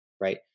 right